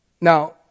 Now